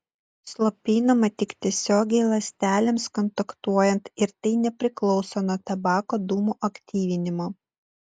slopinama tik tiesiogiai ląstelėms kontaktuojant ir tai nepriklauso nuo tabako dūmų aktyvinimo